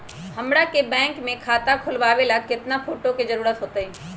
हमरा के बैंक में खाता खोलबाबे ला केतना फोटो के जरूरत होतई?